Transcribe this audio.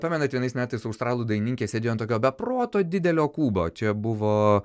pamenat vienais metais australų dainininkė sėdėjo ant tokio be proto didelio kubo čia buvo